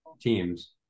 teams